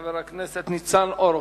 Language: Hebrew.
חבר הכנסת ניצן הורוביץ.